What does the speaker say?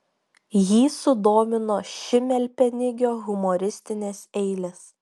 jį sudomino šimelpenigio humoristinės eilės